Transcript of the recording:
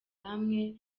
hamwe